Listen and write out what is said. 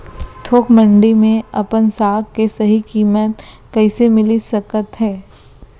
थोक मंडी में अपन साग के सही किम्मत कइसे मिलिस सकत हे?